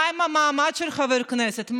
מה עם מעמד חבר הכנסת,